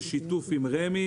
בשיתוף עם רמ"י